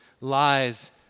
lies